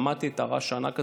שמעתי את הרעש הענק הזה,